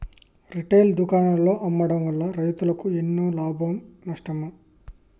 Retail దుకాణాల్లో అమ్మడం వల్ల రైతులకు ఎన్నో లాభమా నష్టమా?